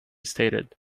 stated